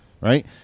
right